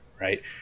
right